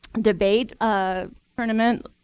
debate ah tournament.